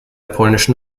polnischen